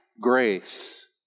grace